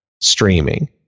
streaming